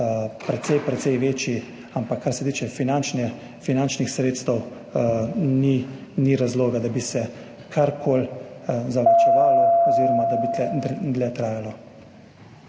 precej precej večji. Ampak kar se tiče finančnih sredstev, ni razloga, da bi se karkoli zavlačevalo oziroma da bi trajalo